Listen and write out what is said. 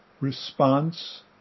response